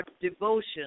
devotion